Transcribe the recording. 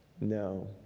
No